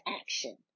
action